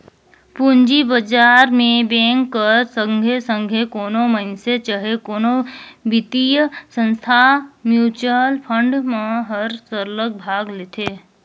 पूंजी बजार में बेंक कर संघे संघे कोनो मइनसे चहे कोनो बित्तीय संस्था, म्युचुअल फंड मन हर सरलग भाग लेथे